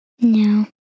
No